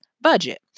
budget